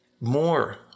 more